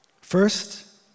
first